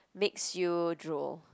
makes you drool